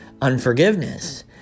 unforgiveness